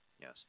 Yes